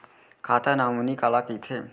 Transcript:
खाता नॉमिनी काला कइथे?